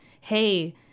hey